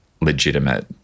legitimate